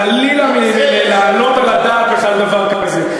חלילה מלהעלות על הדעת בכלל דבר כזה.